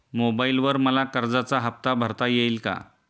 मोबाइलवर मला कर्जाचा हफ्ता भरता येईल का?